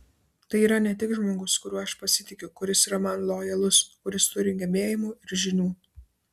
tai yra ne tik žmogus kuriuo aš pasitikiu kuris yra man lojalus kuris turi gebėjimų ir žinių